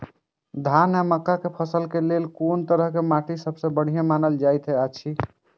धान आ मक्का के फसल के लेल कुन तरह के माटी सबसे बढ़िया मानल जाऐत अछि?